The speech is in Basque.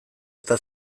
eta